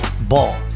Ball